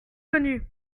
connus